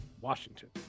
Washington